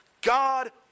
God